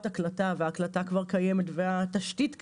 הקלטה וההקלטה כבר קיימת והתשתית קיימת,